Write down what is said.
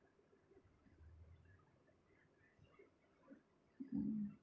mm